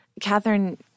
Catherine